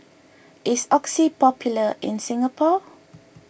is Oxy popular in Singapore